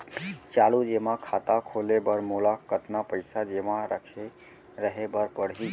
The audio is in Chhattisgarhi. चालू जेमा खाता खोले बर मोला कतना पइसा जेमा रखे रहे बर पड़ही?